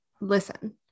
listen